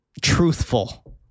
truthful